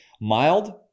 mild